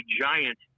giant